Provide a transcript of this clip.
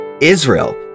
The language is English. israel